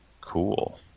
cool